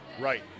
Right